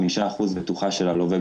5% בטוחה של הלווה,